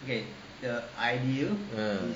uh